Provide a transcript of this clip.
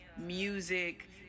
music